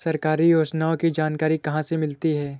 सरकारी योजनाओं की जानकारी कहाँ से मिलती है?